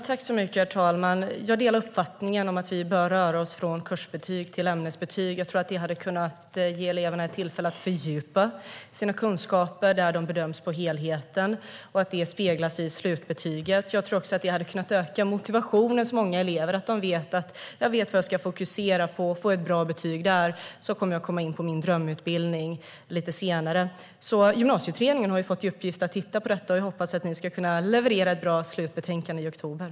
Herr talman! Jag delar uppfattningen om att vi bör röra oss från kursbetyg till ämnesbetyg. Jag tror att det skulle kunna ge eleverna möjlighet att fördjupa sina kunskaper, så att de bedöms för helheten och att det speglas i slutbetyget. Jag tror också att det skulle kunna öka motivationen hos många elever, så att de vet vad de ska fokusera på - får jag ett bra betyg kommer jag att komma in på min drömutbildning lite senare. Gymnasieutredningen har fått i uppgift att titta på detta, och jag hoppas att ni som sitter i den ska kunna leverera ett bra slutbetänkande i oktober.